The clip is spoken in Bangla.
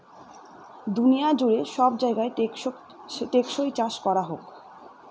দুনিয়া জুড়ে সব জায়গায় টেকসই চাষ করা হোক